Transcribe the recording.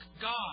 God